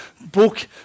book